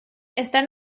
están